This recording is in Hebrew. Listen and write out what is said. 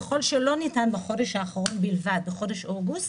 ככל שלא ניתן בחודש האחרון בלבד, בחודש אוגוסט,